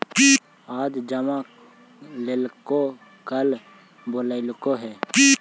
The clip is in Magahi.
आज जमा लेलको कल बोलैलको हे?